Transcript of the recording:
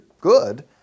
good